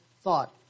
thought